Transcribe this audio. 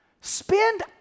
Spend